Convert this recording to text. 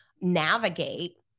navigate